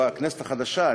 בכנסת החדשה,